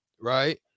right